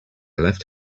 left